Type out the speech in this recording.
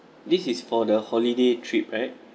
this is for the holiday trip right